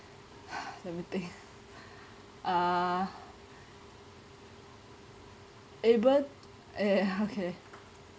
let me think uh uh okay